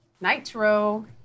Nitro